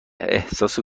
احساس